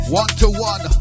one-to-one